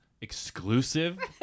exclusive